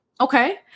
Okay